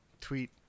tweet